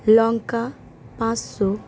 লঙ্কা পাঁচশো